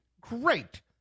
great